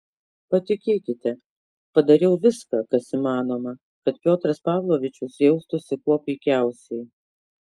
patikėkite padariau viską kas įmanoma kad piotras pavlovičius jaustųsi kuo puikiausiai